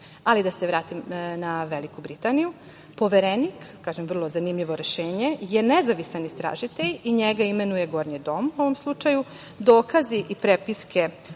dobro. Da se vratim na Veliku Britaniju. Poverenik, kažem vrlo zanimljivo rešenje je nezavisan istražitelj i njega imenuje Gornji dom, u ovom slučaju. Dokazi i prepiske